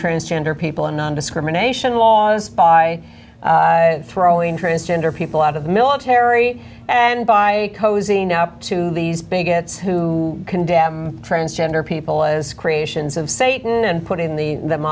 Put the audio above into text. transgender people and nondiscrimination laws by throwing transgender people out of the military and by cozying up to these bigots who condemn transgender people as creations of satan and put in the them